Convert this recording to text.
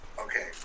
Okay